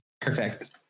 Perfect